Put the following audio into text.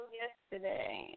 yesterday